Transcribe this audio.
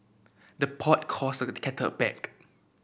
the pot calls the kettle back